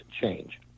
change